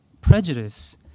Prejudice